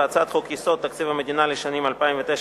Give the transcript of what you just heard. ובהצעת חוק-יסוד: תקציב המדינה לשנים 2009